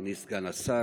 אדוני סגן השר,